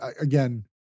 again